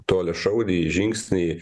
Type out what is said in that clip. toliašaudį žingsnį